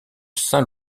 saint